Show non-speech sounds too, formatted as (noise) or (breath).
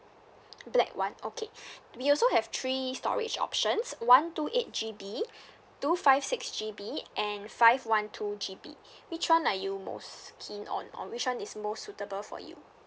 black [one] okay (breath) we also have three storage options uh one two eight G_B two five six G_B and five one two G_B which [one] are you most keen on or which [one] is more suitable for you